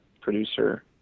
producer